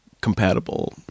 compatible